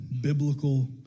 biblical